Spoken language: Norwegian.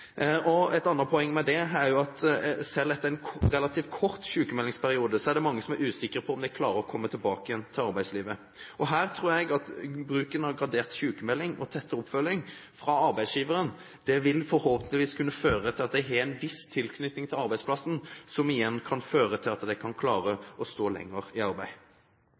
Et annet poeng med det er jo at selv etter en relativt kort sykmeldingsperiode er det mange som er usikre på om de klarer å komme tilbake igjen til arbeidslivet. Og her tror jeg at bruken av gradert sykmelding og tettere oppfølging fra arbeidsgiveren forhåpentligvis vil kunne føre til at de har en viss tilknytning til arbeidsplassen, som igjen kan føre til at de kan klare å stå lenger i arbeid.